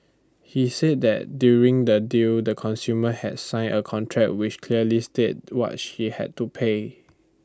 he said that during the deal the consumer had sign A contract which clearly state what she had to pay